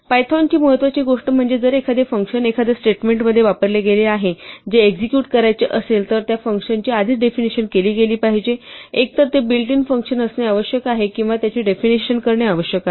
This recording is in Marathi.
पायथॉनची महत्वाची गोष्ट म्हणजे जर एखादे फंक्शन एखाद्या स्टेटमेंटमध्ये वापरले गेले आहे जे एक्झेक्युट करायचे असेल तर त्या फंक्शनची आधीच डेफिनिशन केली गेली पाहिजे एकतर ते बिल्ट इन फंक्शन असणे आवश्यक आहे किंवा त्याची डेफिनिशन करणे आवश्यक आहे